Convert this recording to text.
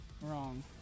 wrong